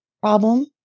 problem